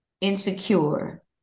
insecure